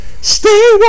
Stay